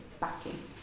Backing